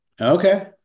okay